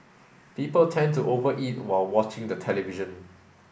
people tend to over eat while watching the television